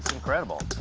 incredible.